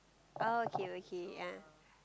oh okay okay yea